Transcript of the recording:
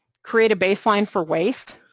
create a baseline for waste,